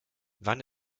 wann